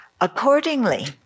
Accordingly